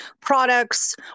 products